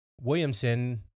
Williamson